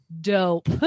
dope